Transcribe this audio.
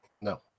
No